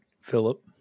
philip